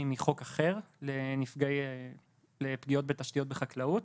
הגדרה לפגיעות בתשתיות בחקלאות